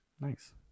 nice